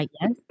yes